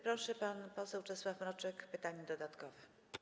Proszę, pan poseł Czesław Mroczek zada pytanie dodatkowe.